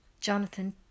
Jonathan